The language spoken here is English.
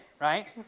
right